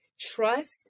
Trust